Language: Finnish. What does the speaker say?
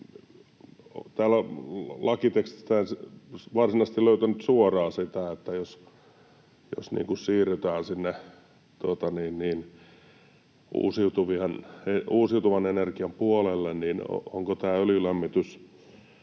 täältä lakitekstistä en varsinaisesti löytänyt suoraan sitä, että jos siirrytään sinne uusiutuvan energian puolelle, onko öljylämmitys